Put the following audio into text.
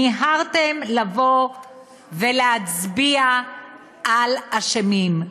מיהרתם לבוא ולהצביע על אשמים,